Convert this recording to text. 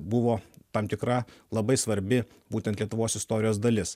buvo tam tikra labai svarbi būtent lietuvos istorijos dalis